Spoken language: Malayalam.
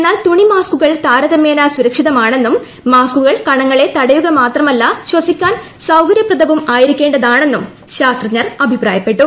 എന്നാൽ തുണി മാസ്കുകൾ താരതമ്യേന സുരക്ഷിതമാണെന്നും മാസ്ക്കുകൾ കണങ്ങളെ തടയുക മാത്രമല്ല ശ്വസിക്കാൻ സൌകര്യപ്രദവും ആയിരിക്കേണ്ടതാണെന്നും ശാസ്ത്രജ്ഞർ അഭിപ്രായപ്പെട്ടു